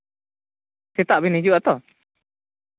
ᱥᱮᱛᱟᱜ ᱵᱤᱱ ᱦᱤᱡᱩᱜᱼᱟ ᱛᱚ